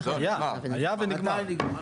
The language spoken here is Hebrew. היה ונגמר.